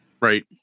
Right